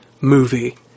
movie